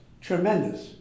Tremendous